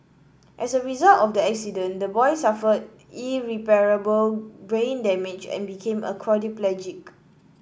as a result of the accident the boy suffered irreparable brain damage and became a quadriplegic